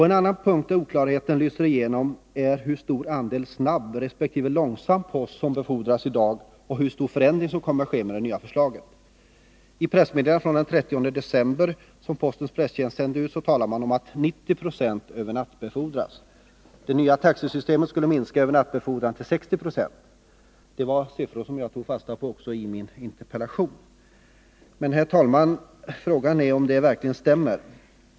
En annan punkt där oklarheten lyser igenom är hur stor andel snabb resp. långsam post som befordras i dag och hur stor förändringen kommer att bli med det nya förslaget. I det pressmeddelande som postens presstjänst sände ut den 30 december talade man om 90 26 övernattbefordran. Det nya 15 taxesystemet skulle minska övernattbefordran till 60 96. Dessa siffror tog jag också fasta på i min interpellation. Men, herr talman, frågan är om dessa siffror verkligen stämmer.